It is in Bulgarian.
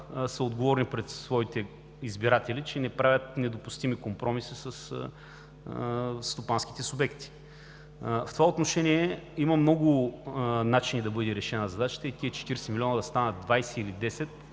са отговорни пред своите избиратели, че не правят недопустими компромиси със стопанските субекти. В това отношение има много начини да бъде решена задачата и тези 40 милиона да станат 20 или 10